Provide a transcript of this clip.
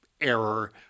error